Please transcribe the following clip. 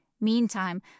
meantime